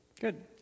Good